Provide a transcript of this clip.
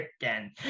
again